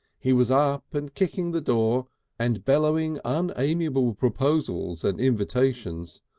he was up and kicking the door and bellowing unamiable proposals and invitations,